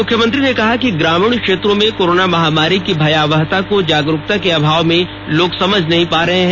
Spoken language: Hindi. मुख्यमंत्री ने कहा कि ग्रामीण क्षेत्रों में कोरोना महामारी की भयावहता को जागरूकता के अभाव में लोग नहीं समझ पा रहे हैं